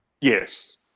Yes